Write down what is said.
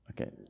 Okay